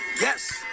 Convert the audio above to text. Yes